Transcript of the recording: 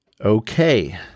Okay